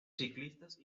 ciclistas